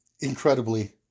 incredibly